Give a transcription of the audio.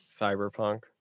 cyberpunk